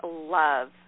love